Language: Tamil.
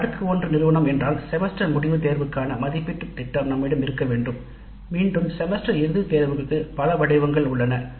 இது அடுக்கு ஒரு நிறுவனம் என்றால் செமஸ்டர் முடிவு தேர்வு க்கான மதிப்பீட்டுத் திட்டம் நம்மிடம் இருக்க வேண்டும் மீண்டும் செமஸ்டர் இறுதி தேர்வுக்கு பல வடிவங்கள் உள்ளன